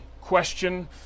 question